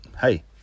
Hey